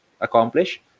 accomplish